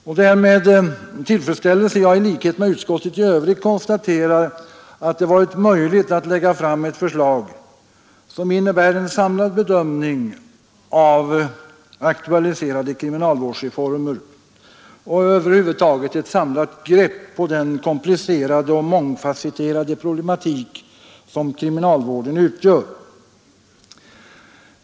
Det är med tillfredsställelse jag i likhet med utskottet i övrigt konstaterar att det varit möjligt att lägga fram ett förslag som innebär en samlad bedömning av aktualiserade kriminalvårdsreformer och över huvud taget ett samlat grepp på den komplicerade och mångfasetterade problematik som kriminalvården utgör.